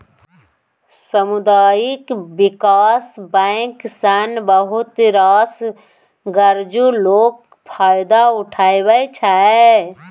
सामुदायिक बिकास बैंक सँ बहुत रास गरजु लोक फायदा उठबै छै